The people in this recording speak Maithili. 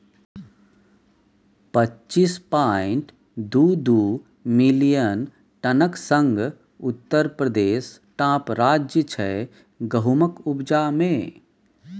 पच्चीस पांइट दु दु मिलियन टनक संग उत्तर प्रदेश टाँप राज्य छै गहुमक उपजा मे